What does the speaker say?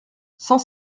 cent